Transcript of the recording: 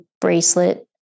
bracelet